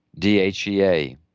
DHEA